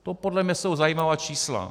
To podle mě jsou zajímavá čísla.